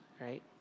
right